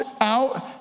out